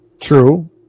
True